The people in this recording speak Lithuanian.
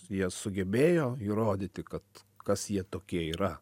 jie sugebėjo įrodyti kad kas jie tokie yra